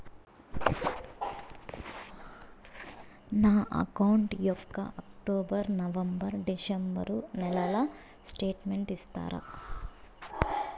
నా అకౌంట్ యొక్క October, November, December నెలల స్టేట్మెంట్ ఇస్తారా?